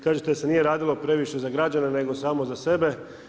Kažete da se nije radilo previše za građane, nego samo za sebe.